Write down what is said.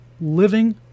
living